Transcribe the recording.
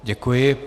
Děkuji.